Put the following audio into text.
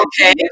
Okay